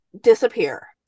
Disappear